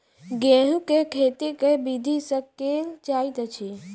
गेंहूँ केँ खेती केँ विधि सँ केल जाइत अछि?